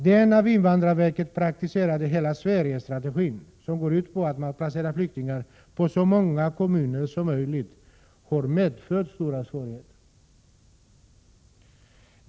Den av invandrarverket praktiserade hela Sverige-strategin, som går ut på att man placerar flyktingar i så många kommuner som möjligt, har medfört stora svårigheter.